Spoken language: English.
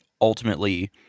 ultimately